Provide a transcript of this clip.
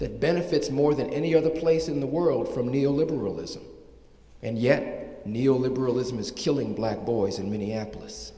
that benefits more than any other place in the world from neo liberalism and yet neo liberalism is killing black boys in minneapolis